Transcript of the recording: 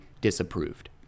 disapproved